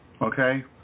Okay